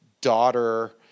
daughter